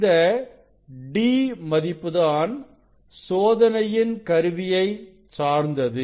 இந்த d மதிப்புதான் சோதனையின் கருவியை சார்ந்தது